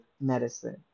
medicine